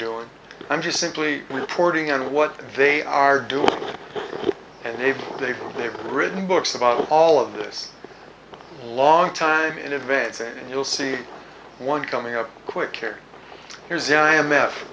doing i'm just simply reporting on what they are doing and if they feel they've written books about all of this a long time in advance and you'll see one coming up quick here here's the i